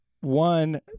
one